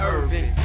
Irving